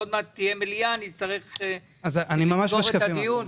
עוד מעט תהיה מליאה ונצטרך לסגור את הדיון,